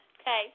Okay